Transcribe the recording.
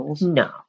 No